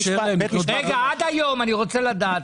רגע, עד היום, אני רוצה לדעת.